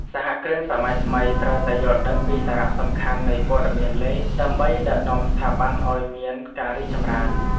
សហគ្រិនសម័យថ្មីត្រូវតែយល់ដឹងពីសារៈសំខាន់នៃព័ត៌មានលេខ ដើម្បីដឹកនាំស្ថាប័នឱ្យមានការរីកចម្រើន។